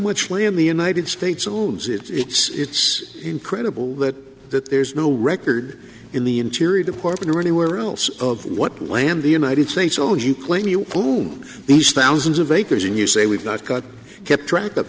much land the united states alludes it's incredible that that there's no record in the interior department or anywhere else of what land the united states owns you claim you move these thousands of acres and you say we've not got kept track of